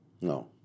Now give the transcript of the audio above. No